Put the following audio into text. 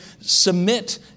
submit